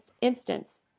instance